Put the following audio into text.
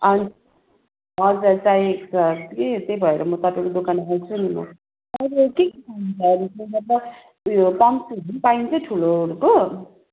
अनि हजुर चाहिएको छ कि त्यही भएर म तपाईँको दोकान आउँछु नि म अहिले के के पाइन्छ उयो पङ्सुहरू पाइन्छ ठुलोहरूको